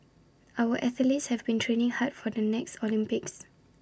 our athletes have been training hard for the next Olympics